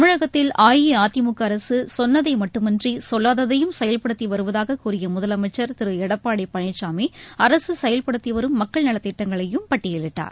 தமிழகத்தில் அஇஅதிமுக அரசு சொன்னதை மட்டுமின்றி சொல்லாததையும் செயல்படுத்தி வருவதாகக் கூறிய முதலமைச்சர் திரு எடப்பாடி பழனிசாமி அரசு செயல்படுத்தி வரும் மக்கள் நலத் திட்டங்களையும் பட்டியலிட்டார்